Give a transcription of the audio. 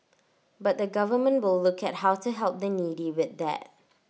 but the government will look at how to help the needy with that